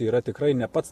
yra tikrai ne pats